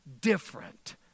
different